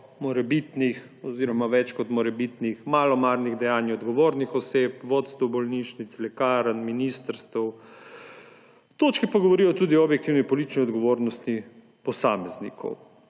morebitnih oziroma več kot morebitnih malomarnih dejanjih odgovornih oseb, vodstev bolnišnic, lekarn, ministrstev. Točke pa govorijo tudi o objektivni politični odgovornosti posameznikov.